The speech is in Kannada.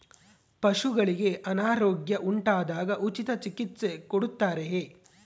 ಪಶುಗಳಿಗೆ ಅನಾರೋಗ್ಯ ಉಂಟಾದಾಗ ಉಚಿತ ಚಿಕಿತ್ಸೆ ಕೊಡುತ್ತಾರೆಯೇ?